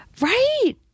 Right